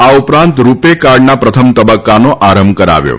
આ ઉપરાંત રૂપે કાર્ડના પ્રથમ તબક્કાનો આરંભ કરાવ્યો હતો